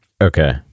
okay